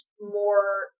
more